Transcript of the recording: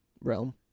realm